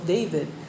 David